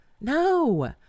No